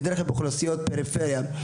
באוכלוסיות פריפריה.